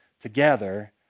together